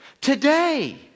Today